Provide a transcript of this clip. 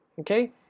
okay